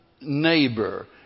neighbor